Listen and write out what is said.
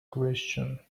question